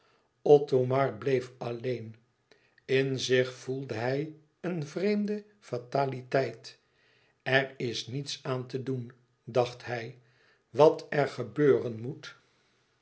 othomar bleef alleen in zich voelde hij een vreemde fataliteit er is niets aan te doen dacht hij wat er gebeuren moet